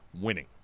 winning